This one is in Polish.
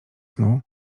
snu